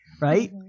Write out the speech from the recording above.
right